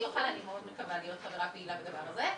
אוכל אני מאוד מקווה להיות חברה פעילה בדבר הזה.